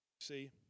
See